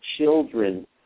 children